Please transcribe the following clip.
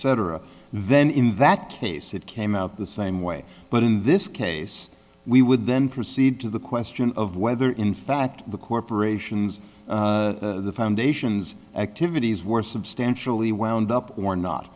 c then in that case it came out the same way but in this case we would then proceed to the question of whether in fact the corporation's foundations activities were substantially wound up or not